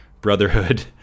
brotherhood